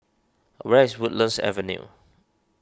where is Woodlands Avenue